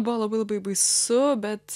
buvo labai labai baisu bet